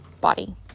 body